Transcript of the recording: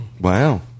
Wow